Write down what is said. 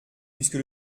puisque